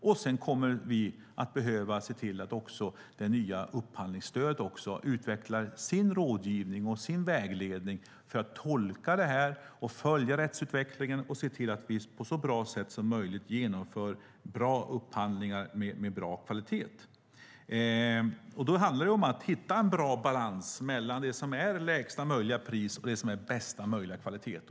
Vi kommer också att behöva se till att det nya upphandlingsstödet utvecklar sin rådgivning och vägledning för att tolka det här, följa rättsutvecklingen och se till att vi på så bra sätt som möjligt genomför bra upphandlingar med bra kvalitet. Då handlar det om att hitta en bra balans mellan det som är lägsta möjliga pris och bästa möjliga kvalitet.